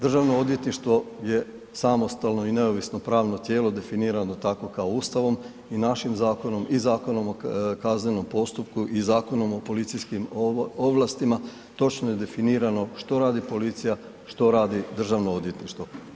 Državno odvjetništvo je samostalno i neovisno pravno tijelo definirano takvo kao Ustavom i našim zakonom i Zakonom o kaznenom postupku i Zakonom o policijskim ovlastima, točno je definirano što radi policija, što radi DORH.